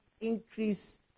increase